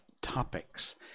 topics